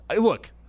Look